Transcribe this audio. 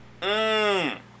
Mmm